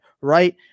right